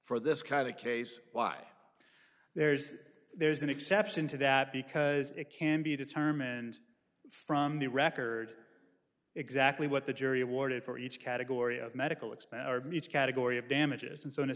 for this kind of case why there's there's an exception to that because it can be determined from the record exactly what the jury awarded for each category of medical expense category of damages and so in a